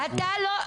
כמו שהם לא.